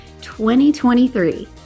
2023